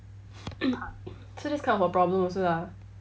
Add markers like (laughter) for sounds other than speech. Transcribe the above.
(coughs) so that's kind of a problem also ah